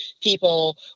people